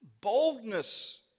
Boldness